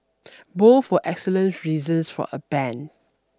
both for excellent reasons for a ban